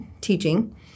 teaching